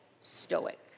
Stoic